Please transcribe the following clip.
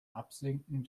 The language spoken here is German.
absinken